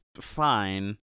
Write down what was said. fine